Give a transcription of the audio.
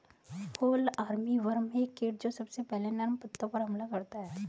fall armyworm एक कीट जो सबसे पहले नर्म पत्तों पर हमला करता है